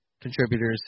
contributors